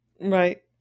Right